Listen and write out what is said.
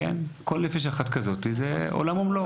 כל נפש אחת היא עולם ומלואו.